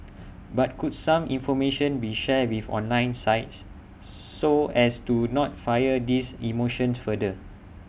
but could some information be shared with online sites so as to not fire these emotions further